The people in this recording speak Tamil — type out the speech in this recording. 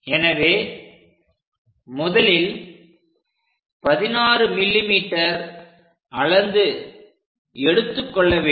எனவே முதலில் 16mm அளந்து எடுத்துக் கொள்ள வேண்டும்